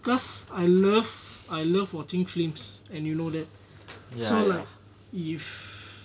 cause I love I love watching films and you know that so like if